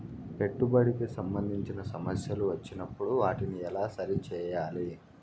పెట్టుబడికి సంబంధించిన సమస్యలు వచ్చినప్పుడు వాటిని ఎలా సరి చేయాలి?